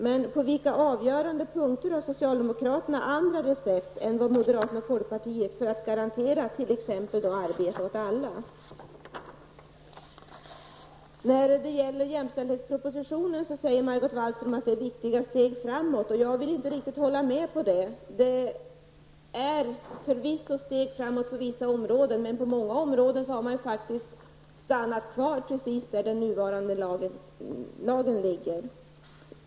Men på vilka avgörande punkter har socialdemokraterna andra recept än moderaterna och folkpartiet för att garantera t.ex. arbete åt alla? När det gäller jämställdhetspropositionen säger Margot Wallström att den utgör ett viktigt steg framåt. Jag vill inte riktigt hålla med om det. Den utgör förvisso steg framåt på vissa områden. Men på många områden har man stannat kvar precis där den nuvarande lagen ligger.